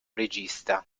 regista